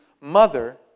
mother